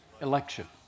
Election